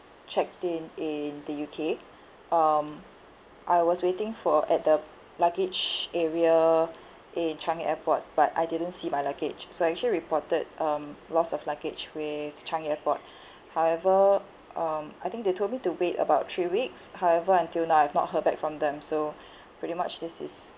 checked in in the U_K um I was waiting for at the luggage area in changi airport but I didn't see my luggage so I actually reported um loss of luggage with changi airport however um I think they told me to wait about three weeks however until now I've not heard back from them so pretty much this is